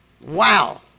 Wow